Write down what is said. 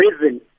reason